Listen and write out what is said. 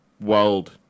world